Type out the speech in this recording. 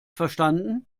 verstanden